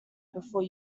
before